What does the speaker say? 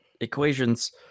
Equations